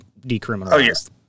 decriminalized